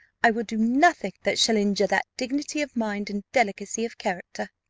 i will do nothing that shall injure that dignity of mind and delicacy of character,